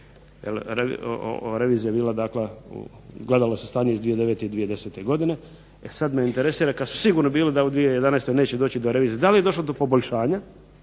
revizija je gledala stanje iz 2009. i 2010.godine. E sada me interesira kada su sigurno bili da u 2011. neće doći do revizije, da li je došlo do poboljšanja